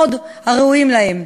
הראויה להם.